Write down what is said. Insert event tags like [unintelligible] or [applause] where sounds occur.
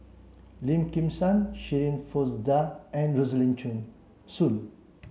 Lim Kim San Shirin Fozdar and Rosaline [unintelligible] Soon